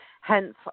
hence